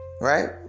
Right